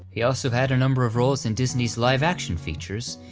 he also had a number of roles in disney's live-action features,